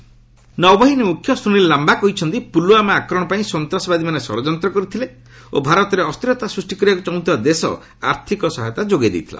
Navy chief ନୌବାହିନୀ ମୁଖ୍ୟ ସୁନୀଲ ଲାମ୍ବା କହିଛନ୍ତି ପୁଲୁୱାମା ଆକ୍ରମଣ ପାଇଁ ସନ୍ତାସବାଦୀମାନେ ଷଡ଼ଯନ୍ତ କରିଥିଲେ ଓ ଭାରତରେ ଅସ୍ଥିରତା ସୃଷ୍ଟି କରିବାକୁ ଚାହୁଁଥିବା ଦେଶ ଆର୍ଥିକ ସହାୟତା ଯୋଗାଇ ଦେଇଥିଲା